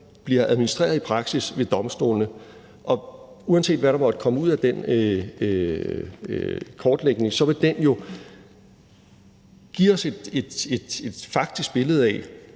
bliver administreret i praksis ved domstolene. Og uanset hvad der måtte komme ud af den kortlægning, vil den jo give os et faktisk billede af,